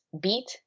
Beat